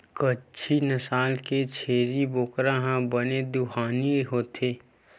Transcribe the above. कच्छी नसल के छेरी बोकरा ह बने दुहानी होथे